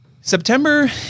September